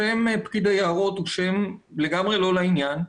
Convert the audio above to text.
השם פקיד היערות הוא שם לגמרי לא לעניין.